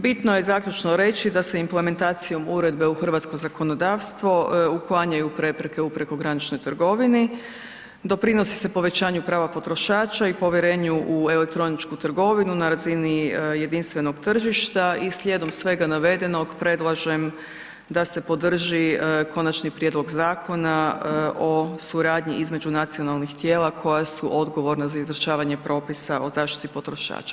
Bitno je zaključno reći da se implementacijom uredbe u hrvatsko zakonodavstvo uklanjanju prepreke u prekograničnoj trgovini, doprinosi se povećanju prava potrošača i povjerenju u elektroničku trgovinu na razini jedinstvenog tržišta i slijedom svega navedenog, predlažem da se podrži Konačni prijedlog Zakona o suradnji između nacionalnih tijela koja su odgovorna za izvršavanje propisa o zaštiti potrošača.